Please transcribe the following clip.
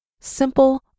simple